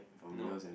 no